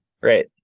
right